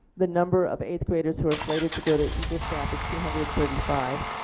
the number of eighth-graders who are slated to go to eagle staff is two hundred and thirty five.